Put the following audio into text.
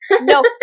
No